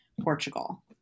Portugal